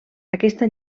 aquesta